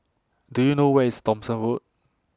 Do YOU know Where IS Thomson Road